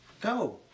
Go